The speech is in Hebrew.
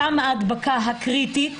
שם ההדבקה הקריטית.